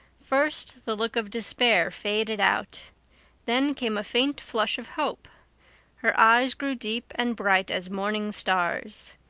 first the look of despair faded out then came a faint flush of hope her eyes grew deep and bright as morning stars.